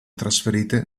trasferite